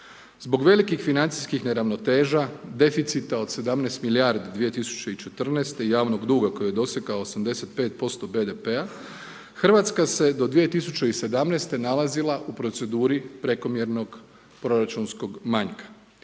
Zbog velikih financijskih neravnoteža, deficita od 17 milijardi 2014. i javnog duga koji je dosegao 85% BDP-a Hrvatska se do 2017. nalazila u proceduri prekomjernog proračunskog manjka